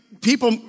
people